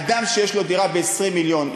אדם שיש לו דירה ב-20 מיליון,